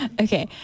Okay